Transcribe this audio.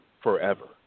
forever